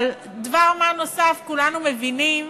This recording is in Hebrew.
אבל דבר-מה נוסף, כולנו מבינים